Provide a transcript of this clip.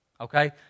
Okay